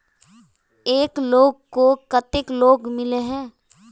एक लोग को केते लोन मिले है?